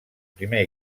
primer